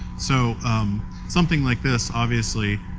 so um something like this obviously,